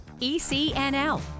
ECNL